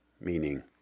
meaning